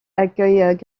accueille